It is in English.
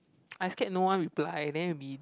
I scared no one reply then will be